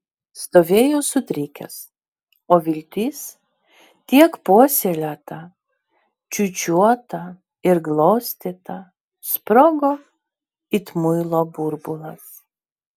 stovėjo sutrikęs o viltis tiek puoselėta čiūčiuota ir glostyta sprogo it muilo burbulas